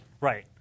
right